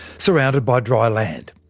surrounded by dry land.